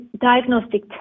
diagnostic